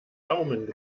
daumen